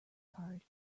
card